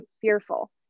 fearful